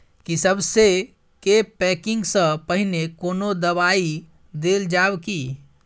की सबसे के पैकिंग स पहिने कोनो दबाई देल जाव की?